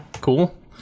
cool